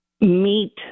meet